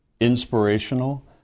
inspirational